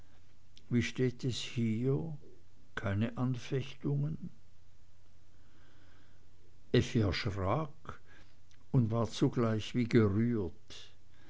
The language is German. wie steht es hier keine anfechtungen effi erschrak und war zugleich wie gerührt